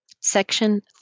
Section